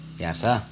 स्याहार्छ